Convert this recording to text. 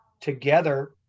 together